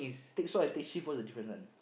take so I take shift what's the difference one